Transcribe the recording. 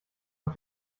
auf